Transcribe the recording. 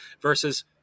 versus